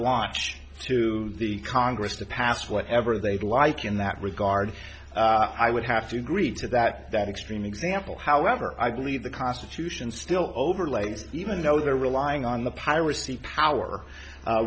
blanche to the congress to pass whatever they'd like in that regard i would have to agree to that that extreme example however i believe the constitution still overlays even though they're relying on the piracy power